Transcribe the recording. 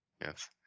yes